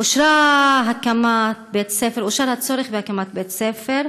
אושרה הקמת בית-ספר, אושר הצורך בהקמת בית-ספר,